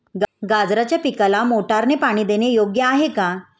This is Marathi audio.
गाजराच्या पिकाला मोटारने पाणी देणे योग्य आहे का?